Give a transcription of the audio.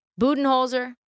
Budenholzer